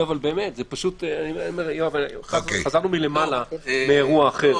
יואב, חזרנו מלמעלה, מאירוע אחר --- לא.